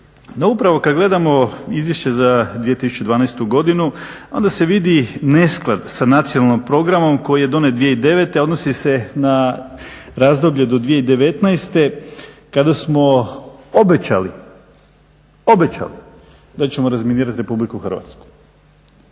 upravo kad gledamo izvješće za 2012. godinu onda se vidi nesklad sa nacionalnim programom koji je donijet 2009., a odnosi se na razdoblje do 2019. kada smo obećali da ćemo razminirat Republiku Hrvatsku.